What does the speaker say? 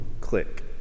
Click